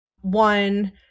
one